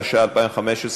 התשע"ה 2015,